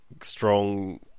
strong